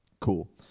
Cool